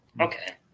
okay